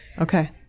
Okay